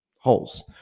holes